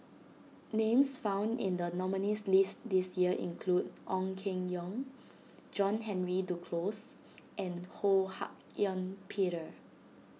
names found in the nominees' list this year include Ong Keng Yong John Henry Duclos and Ho Hak Ean Peter